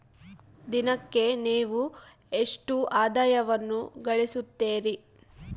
ದಿನಕ್ಕೆ ನೇವು ಎಷ್ಟು ಆದಾಯವನ್ನು ಗಳಿಸುತ್ತೇರಿ?